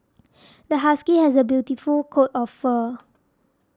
this husky has a beautiful coat of fur